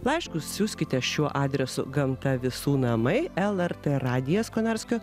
laiškus siųskite šiuo adresu gamta visų namai lrt radijas konarskio